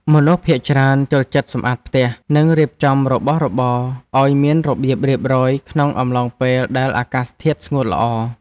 មនុស្សភាគច្រើនចូលចិត្តសម្អាតផ្ទះ និងរៀបចំរបស់របរឱ្យមានរបៀបរៀបរយក្នុងអំឡុងពេលដែលអាកាសធាតុស្ងួតល្អ។